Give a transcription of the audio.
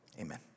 amen